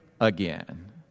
again